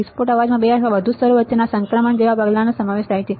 વિસ્ફોટના અવાજમાં બે અથવા વધુ સ્તરો વચ્ચેના સંક્રમણ જેવા પગલાંનો સમાવેશ થાય છે